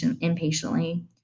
impatiently